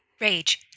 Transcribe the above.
Rage